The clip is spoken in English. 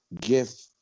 gift